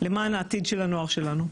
למען העתיד של הנוער שלנו,